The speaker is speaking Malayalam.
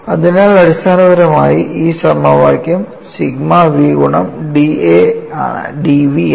അതിനാൽ അടിസ്ഥാനപരമായി ഈ സമവാക്യം സിഗ്മ v ഗുണം d A ആണ് d v അല്ല